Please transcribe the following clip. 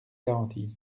garanties